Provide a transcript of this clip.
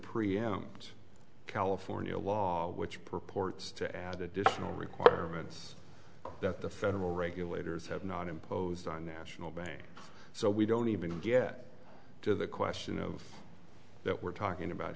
preempt california law which purports to add additional rick it's that the federal regulators have not imposed on national banks so we don't even get to the question of that we're talking about